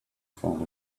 found